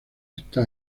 está